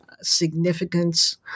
significance